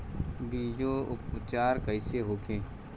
बीजो उपचार कईसे होखे?